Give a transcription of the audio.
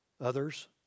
others